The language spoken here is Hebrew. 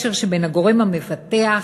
לקשר שבין הגורם המבטח,